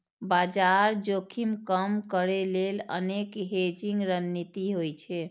बाजार जोखिम कम करै लेल अनेक हेजिंग रणनीति होइ छै